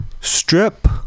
Strip